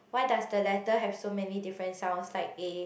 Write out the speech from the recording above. why does the letter have so many different sounds like A